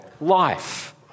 life